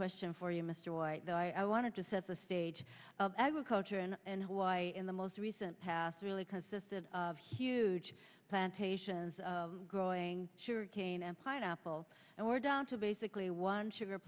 question for you mr white though i wanted to set the stage of agriculture and why in the most recent past really consisted of huge plantations growing sure kane and pineapple and we're down to basically one sugar